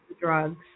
drugs